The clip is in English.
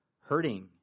hurting